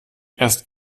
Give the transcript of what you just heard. erst